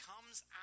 comes